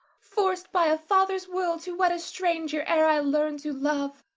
forced by a father's will to wed a stranger ere i learned to love,